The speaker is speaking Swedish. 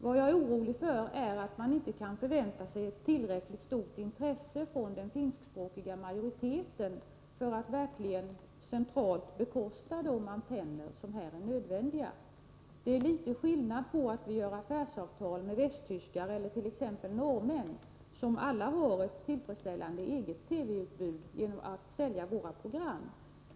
Vad jag är orolig för är att man inte kan förvänta sig tillräckligt stort intresse från den finskspråkiga majoriteten för att verkligen centralt bekosta de antenner som här är nödvändiga. Det är litet skillnad på att vi gör affärsavtal med västtyskar eller t.ex. norrmän, som alla har ett tillfredsställande eget TV-utbud, om att sälja våra program.